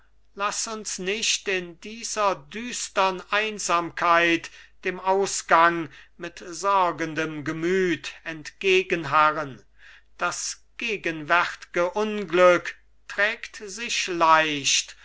laß uns nicht in dieser düstern einsamkeit dem ausgang mit sorgendem gemüt entgegenharren das gegenwärtge unglück trägt sich leicht